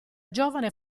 giovane